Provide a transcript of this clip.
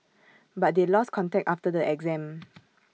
but they lost contact after the exam